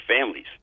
families